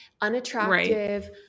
unattractive